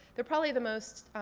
they're probably the most